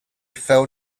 fell